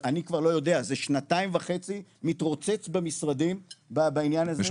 אני כבר לא יודע זה כבר שנתיים וחצי מתרוצץ במשרדים בעניין הזה.